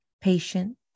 patient